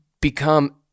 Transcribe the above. become